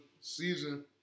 season